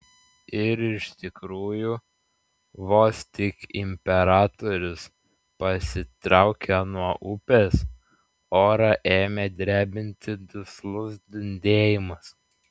ir iš tikrųjų vos tik imperatorius pasitraukė nuo upės orą ėmė drebinti duslus dundėjimas